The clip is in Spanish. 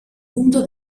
punto